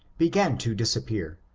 began to disappear,